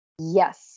Yes